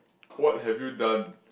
what have you done